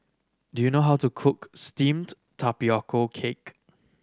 do you know how to cook steamed tapioca cake